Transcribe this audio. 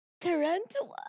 Tarantula